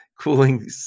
cooling